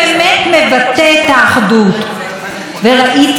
וראיתי אדם מלא מעצמו.